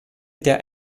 der